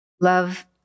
love